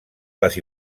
les